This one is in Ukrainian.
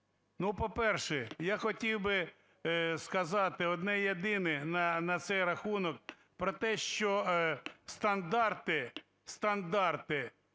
Ну, по-перше, я хотів би сказати одне єдине на цей рахунок про те, що стандарти не